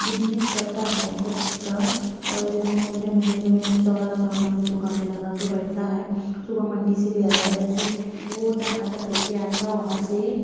business करता है सब्ज़ी का और जैसे मोहल्ले मोहल्ले में ऐसे चौराहा चौराहा में दुकानें लगा कर बैठता है सुबह मंडी से ले आएगा जैसे वह टमाटर लेकर आएगा वहाँ से